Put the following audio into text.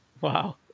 Wow